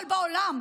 אבל בעולם,